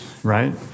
Right